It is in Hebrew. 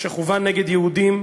שכוון נגד יהודים,